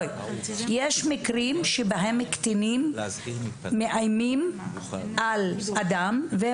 יש מקרים בהם קטינים מאיימים על אדם שהוא